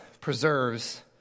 preserves